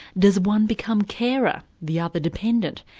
does one become carer, the other dependant?